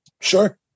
Sure